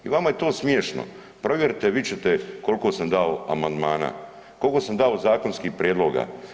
I vama je to smiješno, provjerite vid ćete koliko sam dao amandmana, koliko sam dao zakonskih prijedloga.